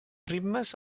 ritmes